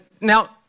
Now